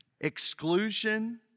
Exclusion